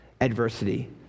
adversity